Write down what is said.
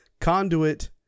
Conduit